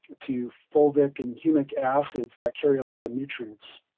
to you folic and humic acids that carry a lot of nutrients.